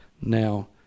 Now